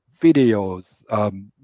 videos